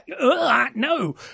no